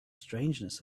strangeness